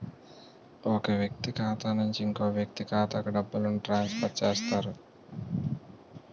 ఒక వ్యక్తి ఖాతా నుంచి ఇంకో వ్యక్తి ఖాతాకు డబ్బులను ట్రాన్స్ఫర్ చేస్తారు